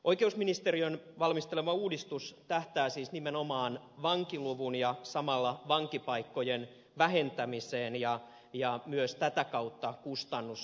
oikeusministeriön valmistelema uudistus tähtää siis nimenomaan vankiluvun ja samalla vankipaikkojen vähentämiseen ja myös tätä kautta kustannussäästöihin